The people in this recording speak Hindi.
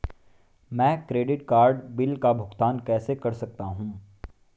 मैं क्रेडिट कार्ड बिल का भुगतान कैसे कर सकता हूं?